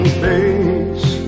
face